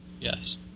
Yes